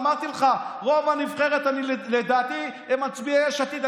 אמרתי לך, רוב הנבחרת, לדעתי, הם מצביעי יש עתיד.